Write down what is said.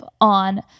on